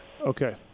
Okay